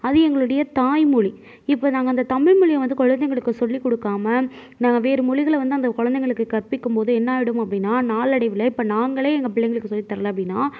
அது எங்களுடைய தாய் மொழி இப்போ நாங்கள் அந்த தமிழ் மொழியை வந்து குழந்தைங்களுக்கு சொல்லி கொடுக்காமல் நாங்கள் வேறு மொழிகளை வந்து அந்த குழந்தைகளுக்கு கற்பிக்கும்போது என்ன ஆகிடும் அப்படினா நாளடைவில் இப்போ நாங்களே எங்கள் பிள்ளைங்களுக்கு சொல்லி தரல அப்படினா